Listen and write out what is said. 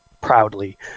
proudly